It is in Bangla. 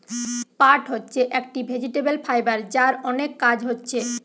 পাট হচ্ছে একটি ভেজিটেবল ফাইবার যার অনেক কাজ হচ্ছে